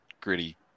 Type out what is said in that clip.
gritty